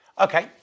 Okay